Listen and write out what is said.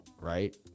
right